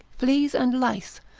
fleas and lice,